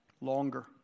longer